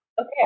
Okay